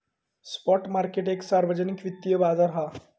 spot market एक सार्वजनिक वित्तिय बाजार हा